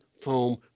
foam